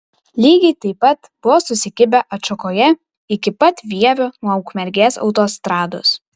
lygiai taip pat buvo susikibę atšakoje iki pat vievio nuo ukmergės autostrados